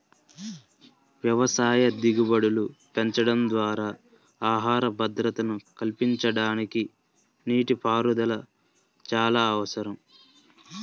వ్యవసాయ దిగుబడులు పెంచడం ద్వారా ఆహార భద్రతను కల్పించడానికి నీటిపారుదల చాలా అవసరం